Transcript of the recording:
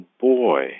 boy